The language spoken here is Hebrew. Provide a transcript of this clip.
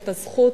את הזכות